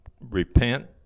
repent